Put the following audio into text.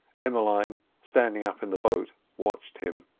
emmeline, standing up in the boat, watched him.